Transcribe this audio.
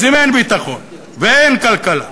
אז אם אין ביטחון ואין כלכלה,